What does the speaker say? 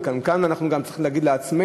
וכאן אנחנו גם צריכים להגיד לעצמנו